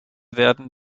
werden